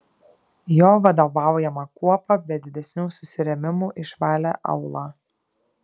jo vadovaujama kuopa be didesnių susirėmimų išvalė aūlą